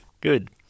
Good